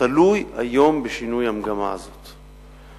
תלוי היום בשינוי המגמה הזאת.